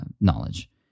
knowledge